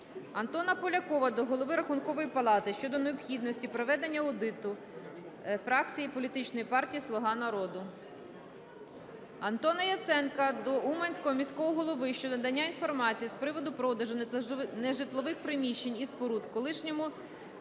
Антона Полякова до Голови Рахункової палати щодо необхідності проведення аудиту Фракції Політичної партії "Слуга народу". Антона Яценка до Уманського міського голови щодо надання інформації з приводу продажу нежитлових будівель і споруд колишнього